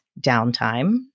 downtime